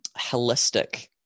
holistic